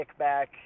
kickback